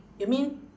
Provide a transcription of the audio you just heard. you mean